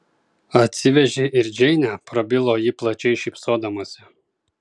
atsivežei ir džeinę prabilo ji plačiai šypsodamasi